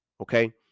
okay